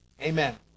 Amen